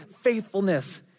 faithfulness